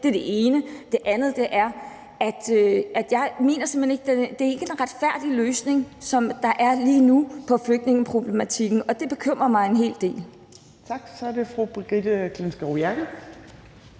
Det er det ene. Det andet er, at jeg simpelt hen ikke mener, at det er en retfærdig løsning, som der er lige nu, på flygtningeproblematikken, og det bekymrer mig en hel del. Kl. 13:19 Tredje næstformand